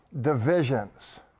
divisions